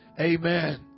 Amen